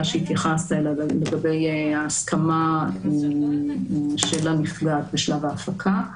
שהתייחסת אליה לגבי הסכמה של הנפגעת בשלב ההפקה.